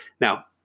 Now